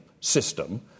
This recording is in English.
system